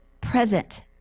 present